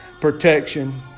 Protection